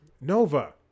Nova